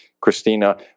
Christina